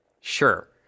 Sure